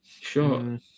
sure